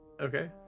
Okay